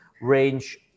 range